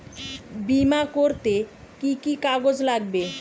বিমা করতে কি কি কাগজ লাগবে?